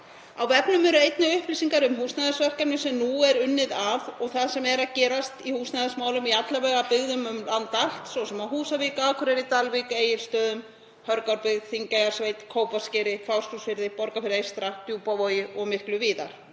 Á vefnum eru einnig upplýsingar um húsnæðisverkefni sem nú er unnið að og það sem er að gerast í húsnæðismálum í byggðum um land allt, svo sem á Húsavík, Akureyri, Dalvík, Egilsstöðum, Hörgárbyggð, Þingeyjarsveit, Kópaskeri, Fáskrúðsfirði, Borgarfirði eystra, Djúpavogi og miklu víðar.